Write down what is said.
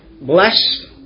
blessed